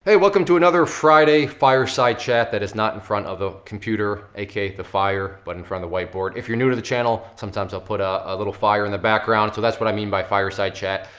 hey welcome to another friday fireside chat that is not in front of the computer, aka, the fire, but in front of the whiteboard. if you're new to the channel sometimes i'll put a ah little fire in the background, so that's what i mean by fireside chat.